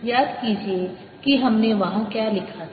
याद कीजिए कि हमने वहाँ क्या लिखा था